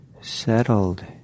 settled